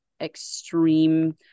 extreme